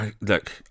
look